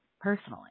personally